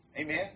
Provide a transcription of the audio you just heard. Amen